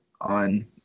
on